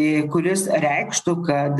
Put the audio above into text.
į kuris reikštų kad